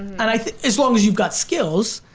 and as long as you've got skills,